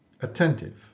Attentive